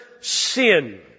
sin